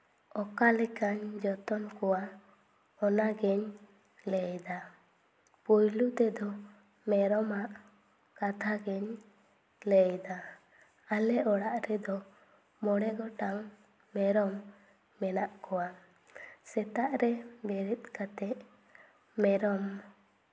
ᱚᱠᱟ ᱞᱮᱠᱟᱧ ᱡᱚᱛᱚᱱ ᱠᱚᱣᱟ ᱚᱱᱟᱜᱤᱧ ᱞᱟᱹᱭᱫᱟ ᱯᱳᱭᱞᱳ ᱛᱮᱫᱚ ᱢᱮᱨᱚᱢᱟᱜ ᱠᱟᱛᱷᱟ ᱜᱮᱧ ᱞᱟᱹᱭᱫᱟ ᱟᱞᱮ ᱚᱲᱟᱜ ᱨᱮᱫᱚ ᱢᱚᱬᱮ ᱜᱚᱴᱟᱝ ᱢᱮᱨᱚᱢ ᱢᱮᱱᱟᱜ ᱠᱚᱣᱟ ᱥᱮᱛᱟᱜ ᱨᱮ ᱵᱮᱨᱮᱫ ᱠᱟᱛᱮᱜ ᱢᱮᱨᱚᱢ